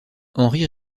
henri